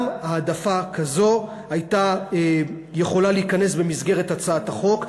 גם העדפה כזו הייתה יכולה להיכנס במסגרת הצעת החוק,